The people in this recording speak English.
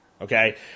Okay